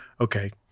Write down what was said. Okay